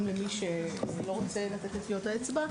גם למי שלא רוצה לתת את טביעות האצבע,